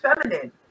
feminine